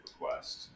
request